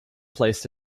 placed